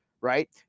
right